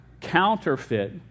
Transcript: counterfeit